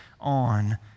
on